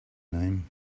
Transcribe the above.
name